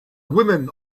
woman